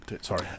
sorry